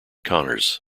connors